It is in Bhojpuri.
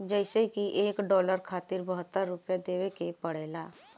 जइसे की एक डालर खातिर बहत्तर रूपया देवे के पड़ेला